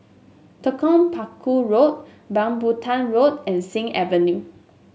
Telok Paku Road Rambutan Road and Sing Avenue